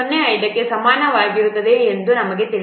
05 ಕ್ಕೆ ಸಮನಾಗಿರುತ್ತದೆ ಎಂದು ನಮಗೆ ತಿಳಿದಿದೆ